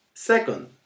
Second